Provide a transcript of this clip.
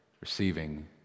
receiving